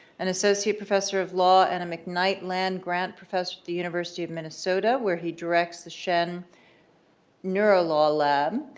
and associate professor of law and a mcknight land grant professor at the university of minnesota, where he directs the shen neurolaw lab.